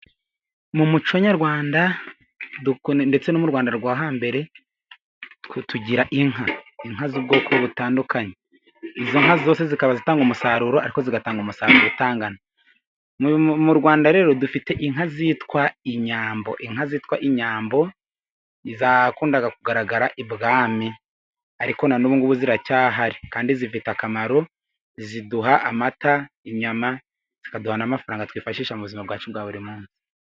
Mu muco nyarwanda ndetse no mu Rwanda rwo hambere, twe tugira inka inka z'ubwoko butandukanye, izo nka zose zikaba zitanga umusaruro ariko zigatanga umusaruro utangana, mu Rwanda rero dufite inka zitwa inyambo inka zitwa inyambo zakundaga kugaragara ibwami, ariko na n'ubu ngubu ziracyahari kandi zifite akamaro ziduha amata inyama, zikaduha n'amafaranga twifashisha muzima bwacu bwa buri munsi.